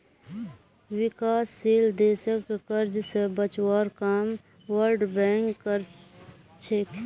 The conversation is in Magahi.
विकासशील देशक कर्ज स बचवार काम वर्ल्ड बैंक कर छेक